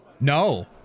No